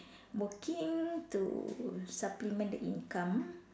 working to supplement the income